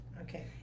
Okay